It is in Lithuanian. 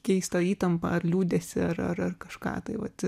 keistą įtampą ar liūdesį ir kažką tai vat